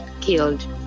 killed